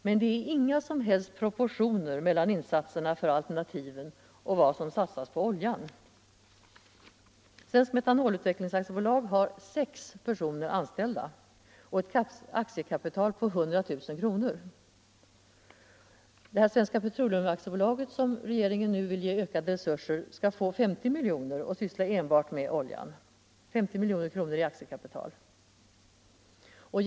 Men det är inga som helst vettiga proportioner mellan insatserna för alternativen och vad som satsas på oljan. Svensk Metanolutveckling AB har 6 anställda och ett aktiekapital på 100 000 kr. Svenska Petroleum AB, som regeringen nu vill ge ökade resurser, skall få 50 miljoner i aktiekapital och syssla enbart med olja.